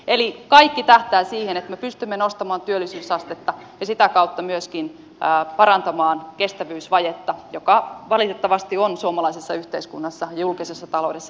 eli kaikki tähtää siihen että me pystymme nostamaan työllisyysastetta ja sitä kautta myöskin parantamaan kestävyysvajetta joka valitettavasti on suomalaisessa yhteiskunnassa ja julkisessa taloudessa iso haaste